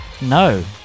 No